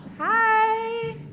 Hi